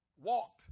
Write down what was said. walked